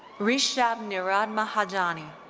rishabh nirad mahajani.